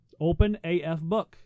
openafbook